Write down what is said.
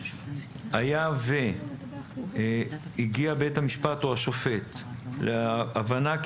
היה והגיע בית המשפט או השופט להבנה כי